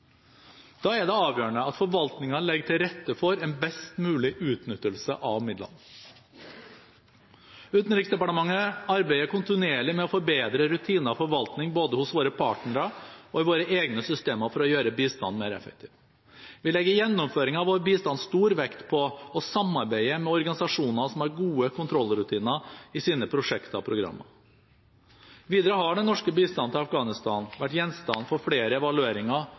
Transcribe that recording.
Da er det avgjørende at forvaltningen legger til rette for en best mulig utnyttelse av midlene. Utenriksdepartementet arbeider kontinuerlig med å forbedre rutiner og forvaltning både hos våre partnere og i våre egne systemer for å gjøre bistanden mer effektiv. Vi legger i gjennomføringen av vår bistand stor vekt på å samarbeide med organisasjoner som har gode kontrollrutiner i sine prosjekter og programmer. Videre har den norske bistanden til Afghanistan vært gjenstand for flere evalueringer